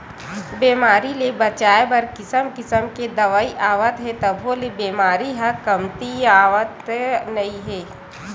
बेमारी ले बचाए बर किसम किसम के दवई आवत हे तभो ले बेमारी ह कमतीयावतन नइ हे